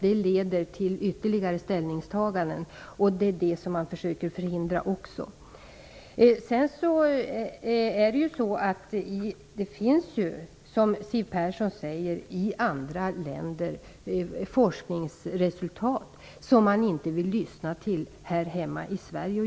Det leder till ytterligare ställningstaganden. Det är det man försöker förhindra också. Som Siw Persson säger finns forskningsresultat i andra länder som man inte vill lyssna till här hemma i Sverige.